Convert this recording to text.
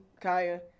Kaya